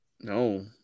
No